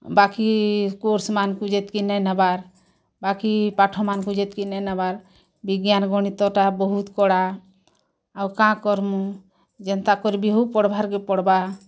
ବାକି କୋର୍ସ ମାନକୁ ଯେତ୍କି ନେଇ ନେବାର୍ ବାକି ପାଠ ମାନଙ୍କୁ ଯେତ୍କି ନେଇ ନେବାର୍ ବିଜ୍ଞାନ ଗଣିତ ଟା ବହୁତ କଡ଼ା ଆଉ କାଁ କର୍ମୁ ଯେନ୍ତା କର୍ବି ହଉ ପଢ଼ବାର୍ କେ ପଡ଼୍ବା